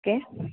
okay